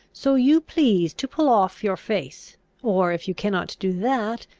so you please to pull off your face or, if you cannot do that,